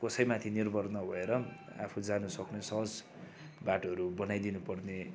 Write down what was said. कसैमाथि निर्भर नभएर आफू जानुसक्ने सहज बाटोहरू बनाई दिनुपर्ने